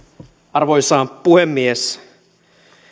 arvoisa puhemies